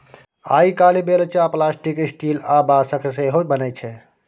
आइ काल्हि बेलचा plastic, steel आ बाँसक सेहो बनै छै